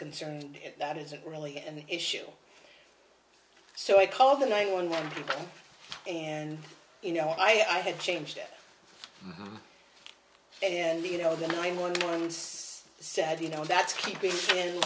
concerned that isn't really an issue so i call the nine one one people and you know i have changed it and you know the nine one one so sad you know that's keeping